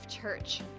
Church